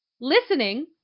Listening